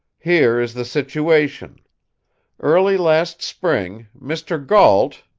here is the situation early last spring, mr. gault,